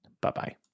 Bye-bye